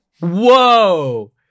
Whoa